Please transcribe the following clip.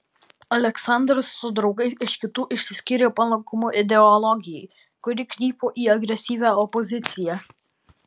aleksandras su draugais iš kitų išsiskyrė palankumu ideologijai kuri krypo į agresyvią opoziciją